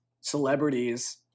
celebrities